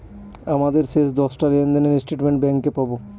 আমাদের শেষ দশটা লেনদেনের স্টেটমেন্ট ব্যাঙ্কে পাবো